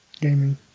gaming